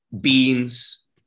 beans